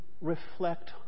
reflect